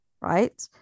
right